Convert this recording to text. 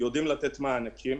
יודעים לתת מענקים.